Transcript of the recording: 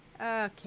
Okay